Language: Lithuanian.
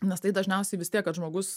nes tai dažniausiai vis tiek kad žmogus